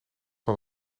van